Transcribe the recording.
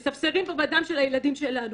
מספסרים פה בדם של הילדים שלנו.